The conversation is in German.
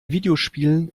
videospielen